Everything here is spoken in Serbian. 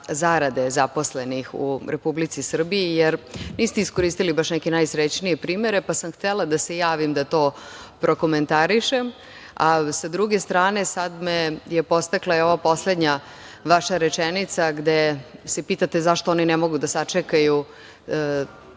zarade zaposlenih u Republici Srbiji, jer niste iskoristili baš neke najsrećnije primere, pa sam htela da se javim da to prokomentarišem. Sa druge strane sada me je podstakla ova poslednja vaša rečenica, gde se pitate zašto oni ne mogu da sačekaju